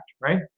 right